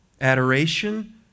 adoration